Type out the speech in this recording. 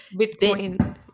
Bitcoin